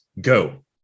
Go